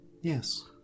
yes